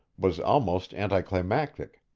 was almost anticlimactic.